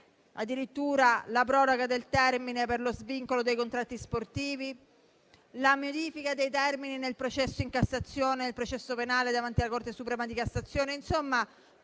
addirittura la proroga del termine per lo svincolo dei contratti sportivi, la modifica dei termini del processo in Cassazione e del processo penale davanti alla Corte suprema di Cassazione. Insomma,